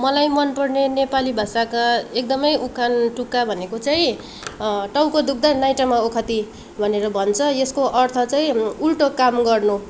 मलाई मनपर्ने नेपाली भाषाका एकदमै उखान तुक्का भनेको चाहिँ टाउको दुख्दा नाइटोमा ओखती भनेर भन्छ यसको अर्थ चाहिँ उल्टो काम गर्नु